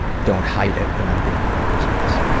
don't hide it, that i'm being a pompous ass.